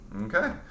Okay